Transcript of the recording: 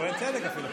כוהן צדק אפילו.